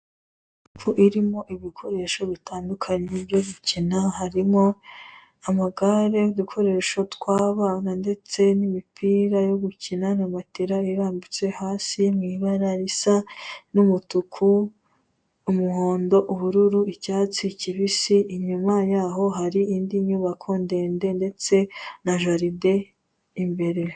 Inzu irimo ibikoresho bitandukanye byo gukina harimo amagare n'ukoresha twabana ndetse n'imipira yo gukina ayo matera irambitse hasi mu ibara risa n'umutuku, umuhondo, ubururu, icyatsi kibisi. Inyuma yaho hari indi nyubako ndende ndetse na jaride imbere.